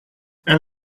and